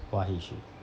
what history